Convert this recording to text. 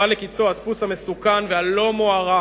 בא לקצו הדפוס המסוכן והלא-מוערך,